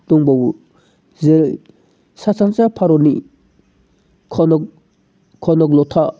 दंबावो जेरै सा सानजा भारतनि कनकलता